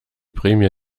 prämie